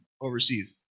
overseas